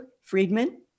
Friedman